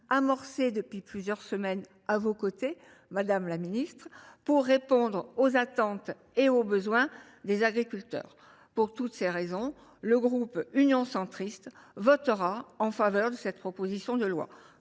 amorcé depuis plusieurs semaines à vos côtés, madame la ministre, pour répondre aux attentes et aux besoins des agriculteurs. Pour toutes ces raisons, le groupe Union Centriste votera cette proposition de loi.